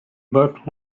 but